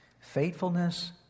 Faithfulness